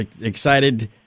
excited